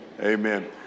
Amen